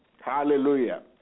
Hallelujah